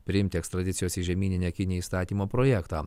priimti ekstradicijos į žemyninę kiniją įstatymo projektą